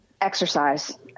Exercise